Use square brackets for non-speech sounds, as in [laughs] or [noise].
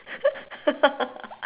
[laughs]